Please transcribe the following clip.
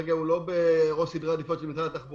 כרגע הוא לא בראש סדר העדיפות של משרד התחבורה,